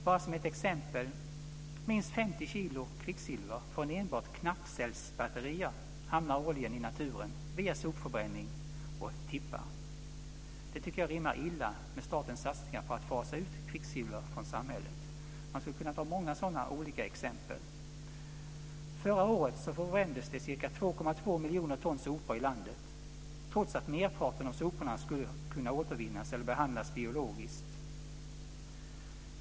Bara som ett exempel kan nämnas att minst 50 kilo kvicksilver från enbart knappcellsbatterier årligen hamnar i naturen via sopförbränning och soptippar. Det tycker jag rimmar illa med statens satsningar på att fasa ut kvicksilver från samhället. Jag skulle kunna ta många liknande exempel. Förra året förbrändes ca 2,2 miljoner ton sopor i landet, trots att merparten av soporna skulle kunna återvinnas eller behandlas biologiskt.